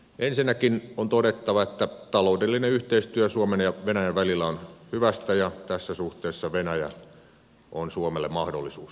ensinnäkin on todettava että taloudellinen yhteistyö suomen ja venäjän välillä on hyvästä ja tässä suhteessa venäjä on suomelle mahdollisuus